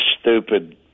stupid